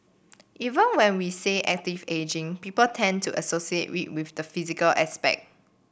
even when we say active ageing people tend to associate it with the physical aspect